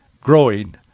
growing